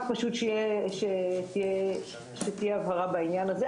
רק פשוט שתהיה הבהרה בעניין הזה.